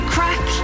Crack